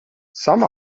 some